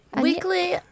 Weekly